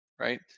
right